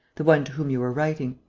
the one to whom you were writing.